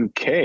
uk